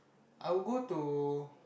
I would go to